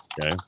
Okay